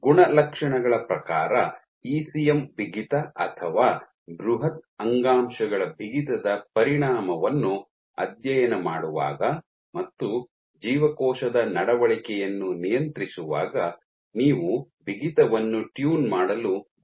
ಗುಣಲಕ್ಷಣಗಳ ಪ್ರಕಾರ ಇಸಿಎಂ ಬಿಗಿತ ಅಥವಾ ಬೃಹತ್ ಅಂಗಾಂಶಗಳ ಬಿಗಿತದ ಪರಿಣಾಮವನ್ನು ಅಧ್ಯಯನ ಮಾಡುವಾಗ ಮತ್ತು ಜೀವಕೋಶದ ನಡವಳಿಕೆಯನ್ನು ನಿಯಂತ್ರಿಸುವಾಗ ನೀವು ಬಿಗಿತವನ್ನು ಟ್ಯೂನ್ ಮಾಡಲು ಬಯಸಬಹುದು